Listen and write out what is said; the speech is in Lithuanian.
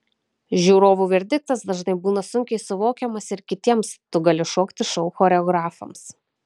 žiūrovų verdiktas dažnai būna sunkiai suvokiamas ir kitiems tu gali šokti šou choreografams